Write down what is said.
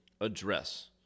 address